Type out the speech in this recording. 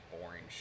boring